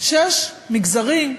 שיש מגזרים,